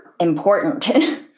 important